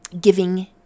giving